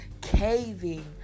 caving